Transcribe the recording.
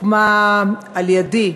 הוקמה על-ידי